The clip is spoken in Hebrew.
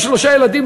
עם שלושה ילדים,